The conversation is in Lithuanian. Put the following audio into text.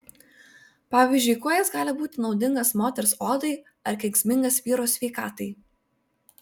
pavyzdžiui kuo jis gali būti naudingas moters odai ar kenksmingas vyro sveikatai